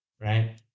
right